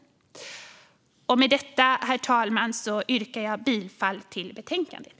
Herr talman! Med detta yrkar jag bifall till utskottets förslag i betänkandet.